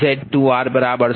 તેથી Z2r0